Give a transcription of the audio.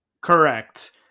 Correct